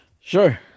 Sure